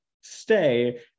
stay